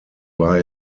war